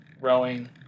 rowing